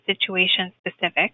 situation-specific